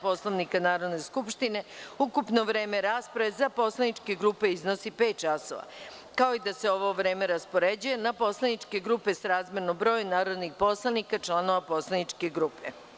Poslovnika Narodne skupštine ukupno vreme rasprave za poslaničke grupe iznosi pet časova, kao i da se ovo vreme raspoređuje na poslaničke grupe srazmerno broju narodnih poslanika članova poslaničke grupe.